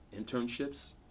internships